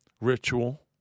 ritual